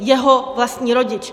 Jeho vlastní rodič.